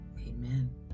Amen